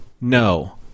No